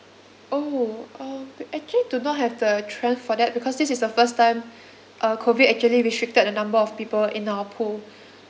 oh um actually do not have the trend for that because this is the first time uh COVID actually restricted the number of people in our pool